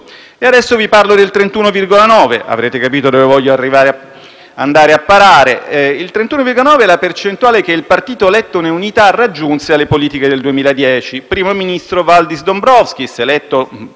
- ovvero la percentuale che il partito lettone Unità raggiunse alle politiche del 2010 (primo ministro Valdis Dombrovskis, eletto un anno prima, nel 2009).